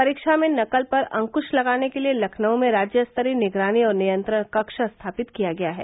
परीक्षा में नकल पर अंकुश लगाने के लिये लखनऊ में राज्य स्तरीय निगरानी और नियंत्रण कक्ष स्थापित किया गया है